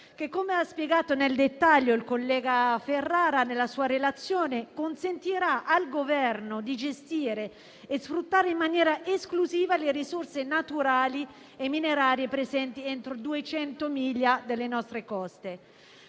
che - come ha spiegato nel dettaglio il collega Ferrara nella sua relazione - consentirà al Governo di gestire e sfruttare in maniera esclusiva le risorse naturali e minerarie presenti entro 200 miglia dalle nostre coste.